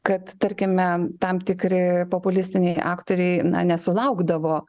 kad tarkime tam tikri populistiniai aktoriai na nesulaukdavo